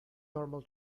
normal